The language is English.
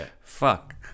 fuck